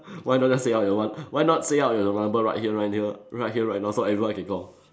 why don't just say out your one why not say out your number right here right here right here right now so everyone can call